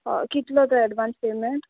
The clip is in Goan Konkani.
हय कितलो तो एडवांस पेमेंट